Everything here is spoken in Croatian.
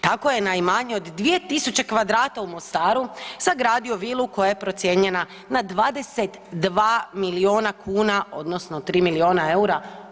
Tako je na imanje od 2000 kvadrata u Mostaru sagradio vilu koja je procijenjena na 22 milijuna kuna, odnosno 3 milijuna eura.